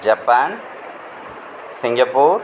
Japan Singapore